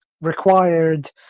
required